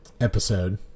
episode